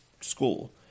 school